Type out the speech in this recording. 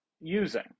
using